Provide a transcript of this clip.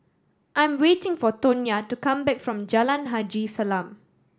I am waiting for Tonya to come back from Jalan Haji Salam